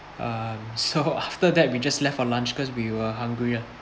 um so after that we just left for lunch because we were hungry ah